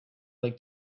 like